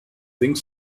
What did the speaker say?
think